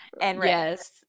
Yes